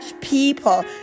people